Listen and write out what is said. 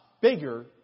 bigger